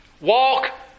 Walk